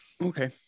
Okay